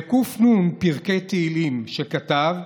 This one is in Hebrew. בק"נ פרקי תהילים שכתב,